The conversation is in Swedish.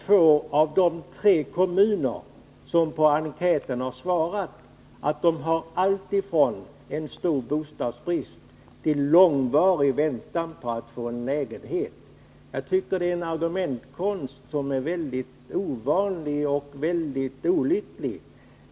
Två av de tre kommuner som har svarat på enkäten säger att det råder stor bostadsbrist och att väntan på att få en lägenhet är lång. Kjell Mattssons sätt att argumentera är både ovanligt och olyckligt.